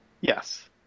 Yes